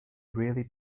really